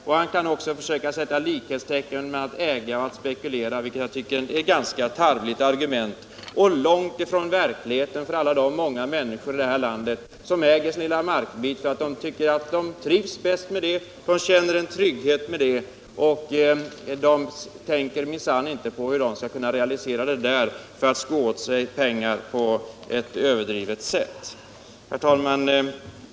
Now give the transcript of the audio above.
Och han kan försöka sätta ett likhetstecken mellan att äga och spekulera — vilket jag tycker är ett ganska tarvligt argument, långt ifrån verkligheten för alla de människor här i landet som äger sin lilla markbit och trivs bäst med det, känner trygghet med det och minsann inte tänker på hur de skall kunna realisera den och på oskäligt sätt sno åt sig pengar för den. Herr talman!